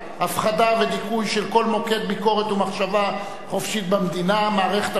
הפחדה ודיכוי של כל מוקד ביקורת ומחשבה חופשית במדינה: מערכת המשפט,